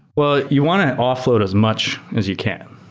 well, you want to offl oad as much as you can.